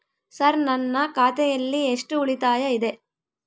Sir ನನ್ನ ಖಾತೆಯಲ್ಲಿ ಎಷ್ಟು ಉಳಿತಾಯ ಇದೆ?